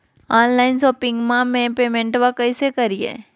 Online शोपिंगबा में पेमेंटबा कैसे करिए?